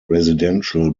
residential